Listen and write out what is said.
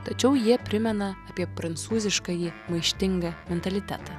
tačiau jie primena apie prancūziškąjį maištingą mentalitetą